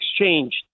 exchanged